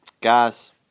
guys